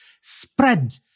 spread